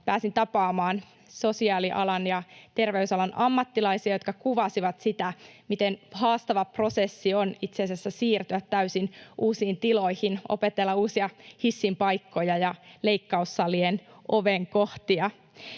pääsin tapaamaan sosiaalialan ja terveysalan ammattilaisia, jotka kuvasivat sitä, miten haastava prosessi on itse asiassa siirtyä täysin uusiin tiloihin, opetella uusia hissin paikkoja ja leikkaussalien ovenkohtia.